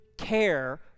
care